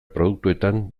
produktuetan